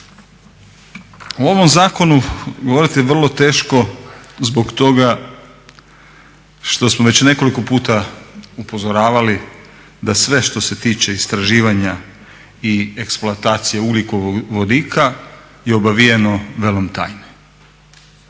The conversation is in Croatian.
O ovom zakonu govoriti je vrlo teško zbog toga što smo već nekoliko puta upozoravali da sve što se tiče istraživanja i eksploatacije ugljikovodika je obavijeno velom tajne.